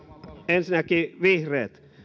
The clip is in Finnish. ensinnäkin vihreät